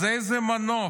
אז איזה מנוף,